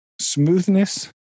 smoothness